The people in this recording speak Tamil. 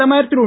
பிரதமர் திரு